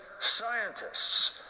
scientists